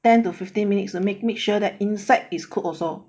ten to fifteen minutes to make make sure that inside is cook also